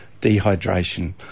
dehydration